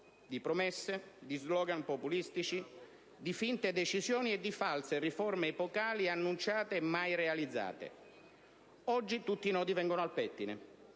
di promesse, di *slogan* populistici, di finte decisioni e di false riforme epocali, annunciate e mai realizzate. Oggi tutti i nodi vengono al pettine